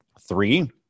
three